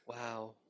Wow